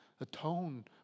Atone